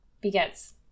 begets